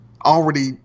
already